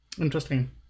Interesting